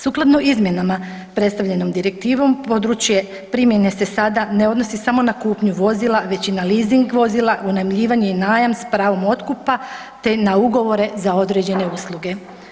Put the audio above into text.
Sukladno izmjenama predstavljenom direktivom područje primjene se sada ne odnosi samo na kupnju vozila već i na leasing vozila, unajmljivanje i najam s pravom otkupa, te na ugovore za određene usluge.